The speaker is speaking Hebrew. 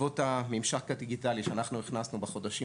בעקבות הממשק הדיגיטלי שאנחנו הכנסנו בחודשים